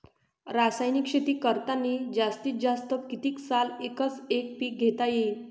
रासायनिक शेती करतांनी जास्तीत जास्त कितीक साल एकच एक पीक घेता येईन?